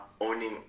owning